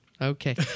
Okay